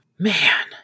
Man